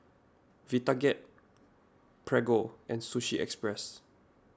Vitapet Prego and Sushi Express